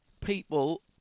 people